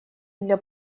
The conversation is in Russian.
для